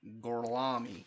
Gorlami